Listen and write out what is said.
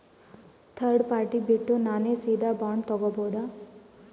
Third party ಬಿಟ್ಟು ನಾನೇ ಸೀದಾ ಬಾಂಡ್ ತೋಗೊಭೌದಾ?